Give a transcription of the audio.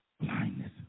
blindness